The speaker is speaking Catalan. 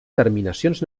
terminacions